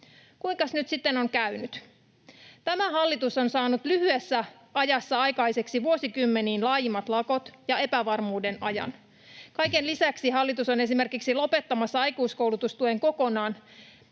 Kuinkas nyt sitten on käynyt? Tämä hallitus on saanut lyhyessä ajassa aikaiseksi vuosikymmeniin laajimmat lakot ja epävarmuuden ajan. Kaiken lisäksi hallitus on esimerkiksi lopettamassa kokonaan aikuiskoulutustuen, jolla